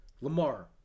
Lamar